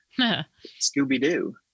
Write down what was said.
Scooby-Doo